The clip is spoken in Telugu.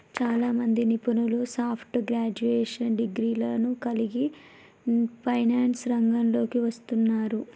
చాలామంది నిపుణులు సాఫ్ట్ గ్రాడ్యుయేషన్ డిగ్రీలను కలిగి ఫైనాన్స్ రంగంలోకి వస్తున్నారు